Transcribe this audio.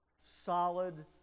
solid